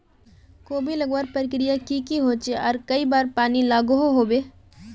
कोबी लगवार प्रक्रिया की की होचे आर कई बार पानी लागोहो होबे?